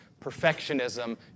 perfectionism